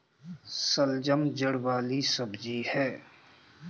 शलजम जड़ वाली सब्जी है